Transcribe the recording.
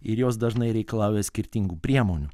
ir jos dažnai reikalauja skirtingų priemonių